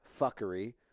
fuckery